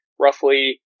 roughly